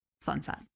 sunset